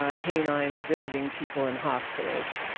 ah canines visiting people in hospitals.